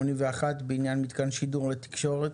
81 בעניין מתקן שידורי תקשורת,